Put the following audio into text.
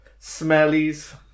smellies